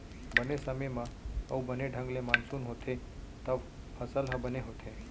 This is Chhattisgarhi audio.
बने समे म अउ बने ढंग ले मानसून होथे तव फसल ह बने होथे